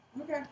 okay